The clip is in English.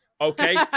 okay